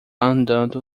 andando